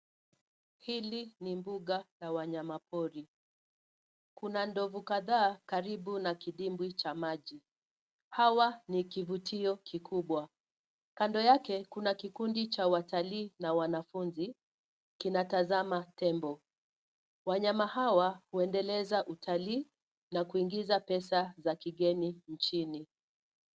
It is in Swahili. Hili ni mbuga la wanyama pori. Kuna ndovu kadhaa karibu na kidimbwi cha maji. Hawa ni kivutio kikubwa. Kando yake, kuna kikundi cha watalii na wanafunzi, kinatazama tembo. Wanyama hawa, huendeleza utalii, na kuingiza pesa za kigeni nchini.